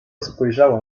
spojrzała